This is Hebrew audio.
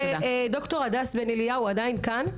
ד"ר הדס בן אליהו עדיין כאן?